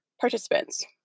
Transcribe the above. participants